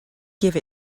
give